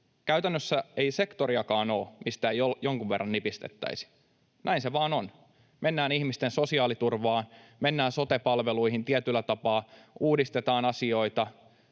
Käytännössä ei sektoriakaan ole, mistä ei jonkun verran nipistettäisi. Näin se vaan on. Mennään ihmisten sosiaaliturvaan, mennään sote-palveluihin, tietyllä tapaa uudistetaan asioita.